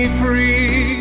free